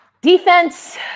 Defense